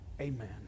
amen